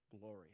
glory